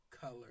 color